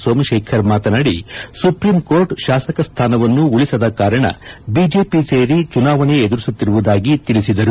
ಸೋಮಕೇಖರ್ ಮಾತನಾಡಿ ಸುಪ್ರೀಂಕೋರ್ಟ್ ಶಾಸಕ ಸ್ಥಾನವನ್ನು ಉಳಿಸದ ಕಾರಣ ಬಿಜೆಪಿ ಸೇರಿ ಚುನಾವಣೆ ಎದುರಿಸುತ್ತಿರುವುದಾಗಿ ತಿಳಿಸಿದರು